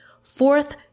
fourth